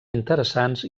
interessants